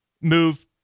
Move